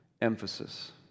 emphasis